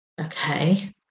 Okay